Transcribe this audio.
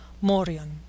morion